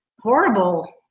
horrible